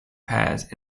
pairs